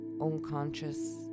unconscious